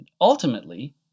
Ultimately